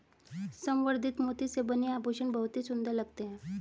संवर्धित मोती से बने आभूषण बहुत ही सुंदर लगते हैं